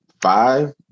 five